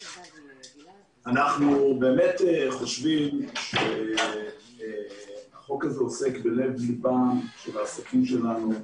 אנחנו באמת חושבים שהחוק הזה עוסק בלב ליבם של העסקים שלנו.